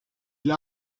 l’a